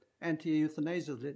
anti-euthanasia